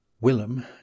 Willem